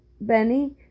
Benny